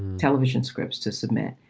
television scripts to submit?